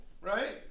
right